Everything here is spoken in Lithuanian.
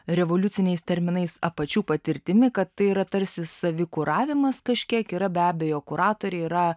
revoliuciniais terminais apačių patirtimi kad tai yra tarsi savikuravimas kažkiek yra be abejo kuratoriai yra